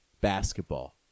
basketball